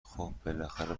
خوب، بالاخره